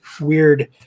weird